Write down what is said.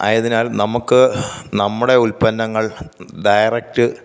ആയതിനാൽ നമുക്ക് നമ്മുടെ ഉൽപ്പന്നങ്ങൾ ഡയറക്റ്റ്